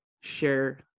share